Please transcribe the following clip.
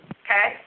okay